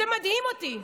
זה מדהים אותי.